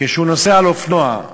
כשהוא נוסע על אופנוע,